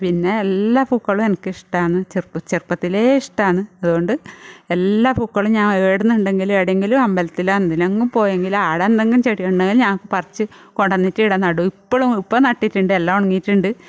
പിന്നെ എല്ലാ പൂക്കളും എനിക്ക് ഇഷ്ടമാണ് ചെറുപ്പ് ചെറുപ്പത്തിലേ ഇഷ്ടമാണ് അതുകൊണ്ട് എല്ലാ പൂക്കളും ഞാൻ എവിടെനിന്നെങ്കിലും എവിടെയെങ്കിലും അമ്പലത്തിലോ എന്തിനെങ്കിലും പോയെങ്കിൽ അവിടെ എന്തെങ്കിലും ചെടിയുണ്ടെങ്കിൽ ഞാൻ പറിച്ച് കൊണ്ടുവന്നിട്ട് ഇവിടെ നടും ഇപ്പോഴും ഇപ്പം നട്ടിട്ടുണ്ട് എല്ലാം ഉണങ്ങിയിട്ടുണ്ട്